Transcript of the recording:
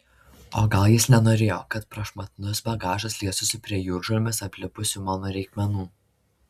o gal jis nenorėjo kad prašmatnus bagažas liestųsi prie jūržolėmis aplipusių mano reikmenų